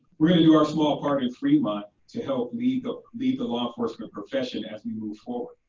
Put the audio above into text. we're gonna do our small part in fremont to help lead the lead the law enforcement profession as we move forward.